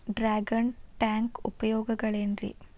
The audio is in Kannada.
ಡ್ರ್ಯಾಗನ್ ಟ್ಯಾಂಕ್ ಉಪಯೋಗಗಳೆನ್ರಿ?